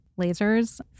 lasers